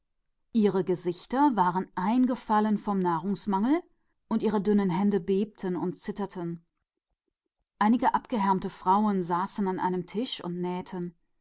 ihre gesichter waren eingefallen vom hungern und ihre dünnen hände zitterten und bebten einige dürre frauen saßen an einem tisch und nähten